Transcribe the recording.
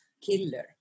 killer